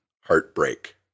heartbreak